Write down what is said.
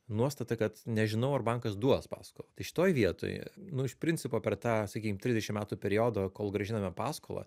nuostata kad nežinau ar bankas duos paskolą tai šitoj vietoje nu iš principo per tą sakykim trisdešim metų periodo kol grąžiname paskolą